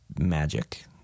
magic